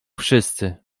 wszyscy